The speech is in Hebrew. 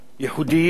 חינוכיים,